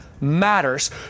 matters